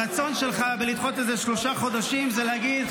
הרצון שלך לדחות את זה בשלושה חודשים זה להגיד,